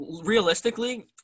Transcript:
realistically